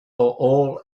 all